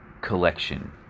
collection